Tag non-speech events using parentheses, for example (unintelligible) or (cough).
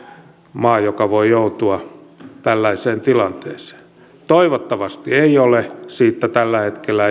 maa joka voi joutua tällaiseen tilanteeseen toivottavasti on siitä tällä hetkellä (unintelligible)